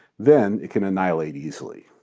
then it can annihilate easily.